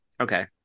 okay